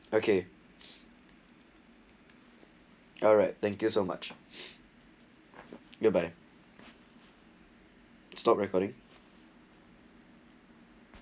okay alright thank you so much good bye stop recording